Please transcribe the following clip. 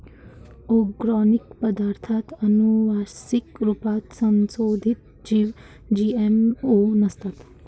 organic पदार्ताथ आनुवान्सिक रुपात संसोधीत जीव जी.एम.ओ नसतात